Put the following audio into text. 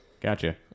Gotcha